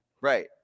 Right